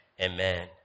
Amen